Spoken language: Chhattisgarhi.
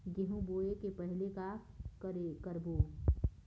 गेहूं बोए के पहेली का का करबो?